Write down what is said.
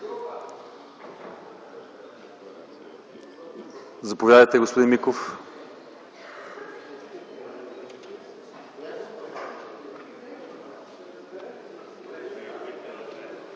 Заповядайте, господин Миков.